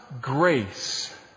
grace